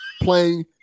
playing